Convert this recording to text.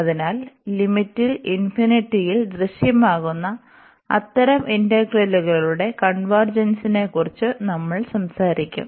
അതിനാൽ ലിമിറ്റിൽ ഇൻഫിനിറ്റിയിൽ ദൃശ്യമാകുന്ന അത്തരം ഇന്റഗ്രലുകളുടെ കൺവെർജെൻസ്നെക്കുറിച്ച് നമ്മൾ സംസാരിക്കും